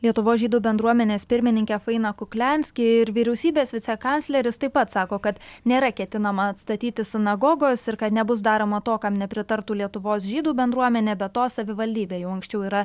lietuvos žydų bendruomenės pirmininkė faina kukliansky ir vyriausybės vicekancleris taip pat sako kad nėra ketinama atstatyti sinagogos ir kad nebus daroma to kam nepritartų lietuvos žydų bendruomenė be to savivaldybė jau anksčiau yra